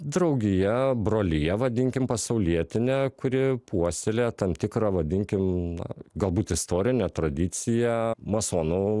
draugija brolija vadinkim pasaulietinė kuri puoselėja tam tikrą vadinkim na galbūt istorinę tradiciją masonų